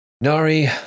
Nari